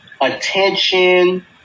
attention